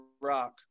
rock